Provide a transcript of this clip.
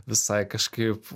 visai kažkaip